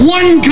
one